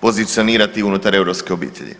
pozicionirati unutar europske obitelji.